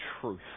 truth